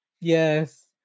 Yes